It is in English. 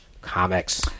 comics